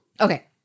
Okay